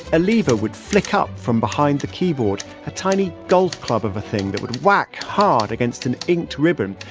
a lever would flick up from behind the keyboard a tiny golf club of a thing that would whack hard against an inked ribbon,